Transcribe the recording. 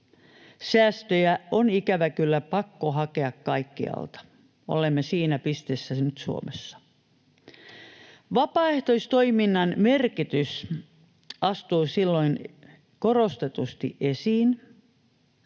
Säästöjä on, ikävä kyllä, pakko hakea kaikkialta — olemme siinä pisteessä nyt Suomessa. Vapaaehtoistoiminnan merkitys astuu silloin korostetusti esiin,